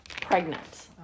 Pregnant